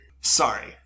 Sorry